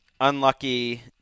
unlucky